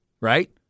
Right